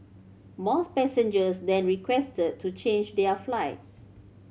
mores passengers then requested to change their flights